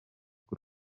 bw’u